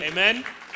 Amen